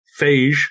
phage